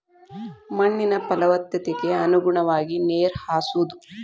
ಮಣ್ಣಿನ ಪಲವತ್ತತೆಗೆ ಅನುಗುಣವಾಗಿ ನೇರ ಹಾಸುದು